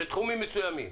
בתחומים מסוימים.